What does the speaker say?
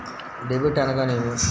Debit అనగానేమి?